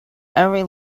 every